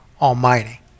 Almighty